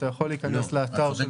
אתה יכול להיכנס לאתר.